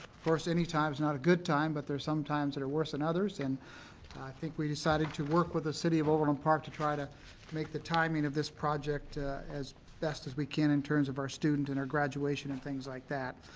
course, any time is not a good time, but there's some times that are worse than and others and i think we decided to work with the city of overland park to try to make the timing of this project as best as we can in terms of our student and our graduation and things like that.